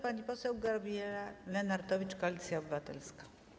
Pani poseł Gabriela Lenartowicz, Koalicja Obywatelska.